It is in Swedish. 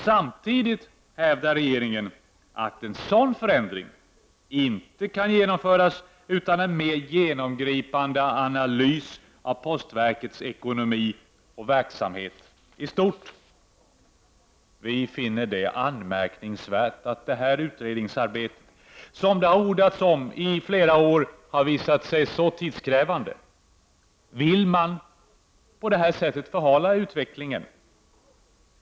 Samtidigt hävdar regeringen att en sådan förändring inte kan genomföras utan en mer genomgripande analys av postverkets ekonomi och verksamhet i stort. Vi finner det anmärkningsvärt att detta utredningsarbete, som det har ordats om i flera år, har visat sig så tidskrävande. Vill man på det här sättet förhala utvecklingen?